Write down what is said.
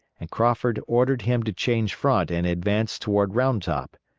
and crawford ordered him to change front and advance toward round top.